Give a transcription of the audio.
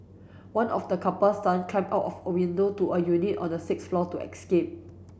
one of the couple's son climbed out of the window to a unit on the sixth floor to escape